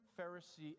Pharisee